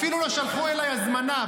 אפילו לא שלחו אליי הזמנה.